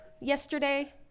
yesterday